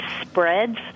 spreads